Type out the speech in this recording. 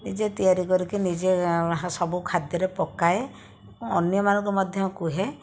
ନିଜେ ତିଆରି କରିକି ନିଜେ ସବୁ ଖାଦ୍ୟରେ ପକାଏ ଅନ୍ୟମାନଙ୍କୁ ମଧ୍ୟ କୁହେ